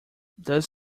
does